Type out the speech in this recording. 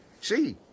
see